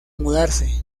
mudarse